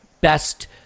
best